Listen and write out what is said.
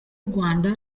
rwanda